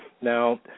now